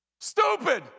Stupid